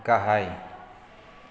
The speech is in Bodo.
गाहाय